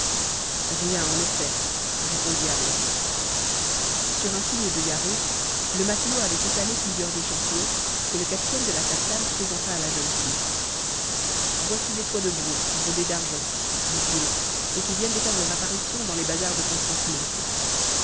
rien en effet répondit ahmet sur un signe de yarhud le matelot avait étalé plusieurs échantillons que le capitaine de la tartane présenta à la jeune fille voici des soies de brousse brodées d'argent dit-il et qui viennent de faire leur apparition dans les bazars de constantinople